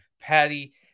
Patty